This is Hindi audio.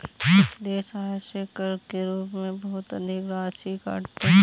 कुछ देश आय से कर के रूप में बहुत अधिक राशि काटते हैं